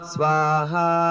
Swaha